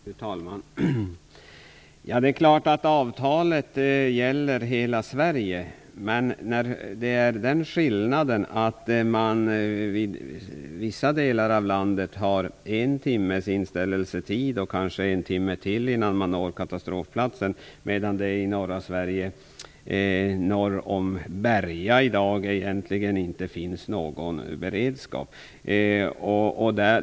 Fru talman! Det är klart att avtalet gäller hela Sverige, men det finns en skillnad. I vissa delar av landet är inställelsetiden en timme och tiden för att nå katastrofplatsen kanske ytterligare en timme, medan det i norra Sverige, norr om Berga, egentligen inte finns någon beredskap i dag.